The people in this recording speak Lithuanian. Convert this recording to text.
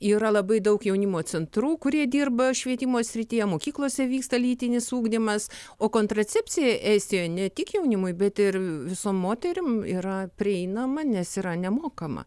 yra labai daug jaunimo centrų kurie dirba švietimo srityje mokyklose vyksta lytinis ugdymas o kontracepcija estijoje ne tik jaunimui bet ir visom moterim yra prieinama nes yra nemokama